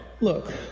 Look